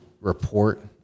report